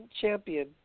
champion